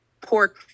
pork